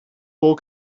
full